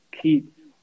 keep